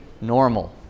normal